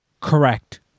Correct